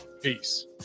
Peace